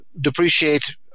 depreciate